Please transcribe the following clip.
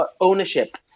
ownership